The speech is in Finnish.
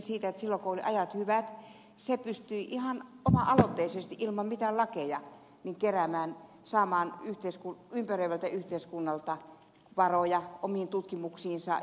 silloin kun ajat olivat hyvät se pystyi ihan oma aloitteisesti ilman mitään lakeja saamaan ympäröivältä yhteiskunnalta varoja omiin tutkimuksiinsa